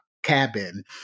cabin